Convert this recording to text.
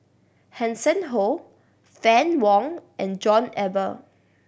Hanson Ho Fann Wong and John Eber